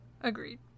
Agreed